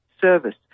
service